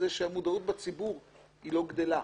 הוא שהמודעות בציבור היא לא גדלה.